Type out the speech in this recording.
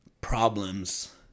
problems